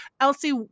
Elsie